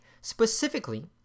Specifically